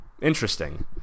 interesting